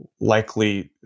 likely